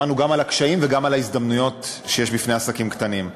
שמענו גם על הקשיים וגם על ההזדמנויות שיש בפני עסקים קטנים.